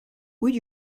would